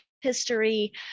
history